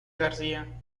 garcía